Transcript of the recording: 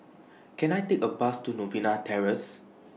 Can I Take A Bus to Novena Terrace